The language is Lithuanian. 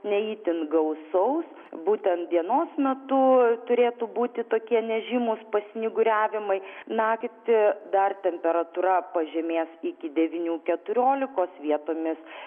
ne itin gausaus būtent dienos metu turėtų būti tokie nežymūs pasnyguriavimai naktį dar temperatūra pažemės iki devynių keturiolikos vietomis